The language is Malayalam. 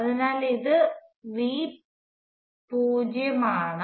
അതിനാൽ ഇത് V0 ആണ്